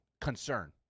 concern